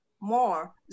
more